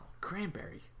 Cranberry